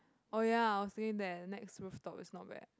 oh ya I was thinking that Nex roof top is not bad